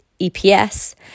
EPS